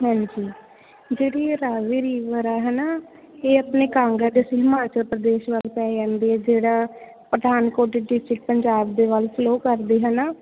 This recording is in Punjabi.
ਹਾਂਜੀ ਜਿਹੜੀ ਰਾਵੀ ਰਿਵਰ ਹੈ ਹੈ ਨਾ ਇਹ ਆਪਣੇ ਕਾਂਗੜਾ ਅਤੇ ਹਿਮਾਚਲ ਪ੍ਰਦੇਸ਼ ਵੱਲ ਪੈ ਜਾਂਦੀ ਹੈ ਜਿਹੜਾ ਪਠਾਨਕੋਟ ਡਿਸਟਿਕਟ ਪੰਜਾਬ ਦੇ ਵੱਲ ਫਲੋ ਕਰਦੀ ਹੈ ਨਾ